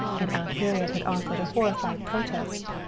and aunt harriet had offered horrified protest.